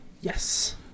Yes